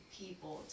people